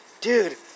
Dude